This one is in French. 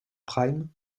prime